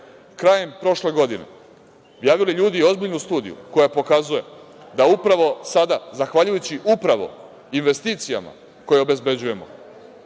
Krajem prošle godine objavili ljudi ozbiljnu studiju koja pokazuje da upravo sada, zahvaljujući upravo investicijama koje obezbeđujemo,